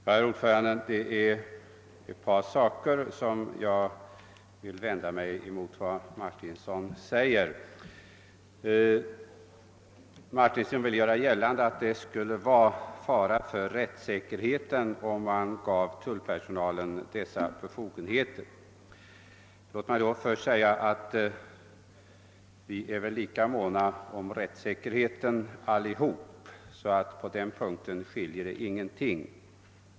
Herr talman! Det är ett par saker i herr Martinssons inlägg som jag vill vända mig mot. Herr Martinsson gör gällande att det skulle vara fara för rättssäkerheten om man gav tullpersonalen dessa befogenheter. Låt mig då först säga, att vi är väl alla lika måna om rättssäkerheten — på den punkten skiljer det ingenting.